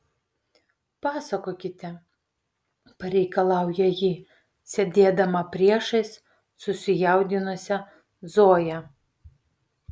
pasakokite pareikalauja ji sėdėdama priešais susijaudinusią zoją